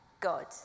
God